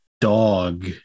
dog